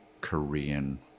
Korean